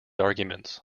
arguments